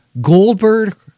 Goldberg